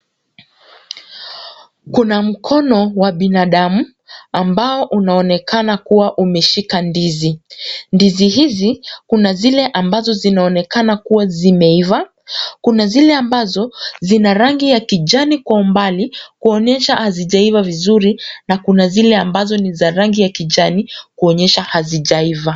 Kuna mkono wa binadamu , ambao unaonekana kuwa umeshika ndizi, ndizi hizi kuna zile ambazo zinaonekana kuwa zimeiva kuna zile ambazo zina rangi ya kijani kwa umbali, kuonyesha hazijaiva vizuri na kuna zile ambazo ni za rangi ya kijani kuonyesha hazijaiva.